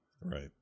Right